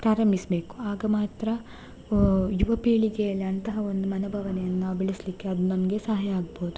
ಪ್ರಾರಂಭಿಸಬೇಕು ಆಗ ಮಾತ್ರ ಯುವ ಪೀಳಿಗೆಯಲ್ಲಿ ಅಂತಹ ಒಂದು ಮನೋಭಾವನೆಯನ್ನು ನಾವು ಬೆಳೆಸಲಿಕ್ಕೆ ಅದು ನಮಗೆ ಸಹಾಯ ಆಗ್ಬೋದು